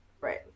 Right